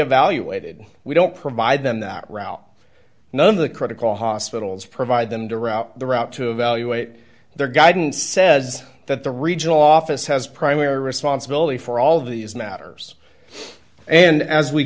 evaluated we don't provide them that route none of the critical hospitals provide them direct the route to evaluate their guidance says that the regional office has primary responsibility for all these matters and as we